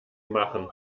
machen